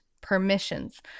permissions